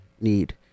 Need